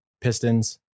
Pistons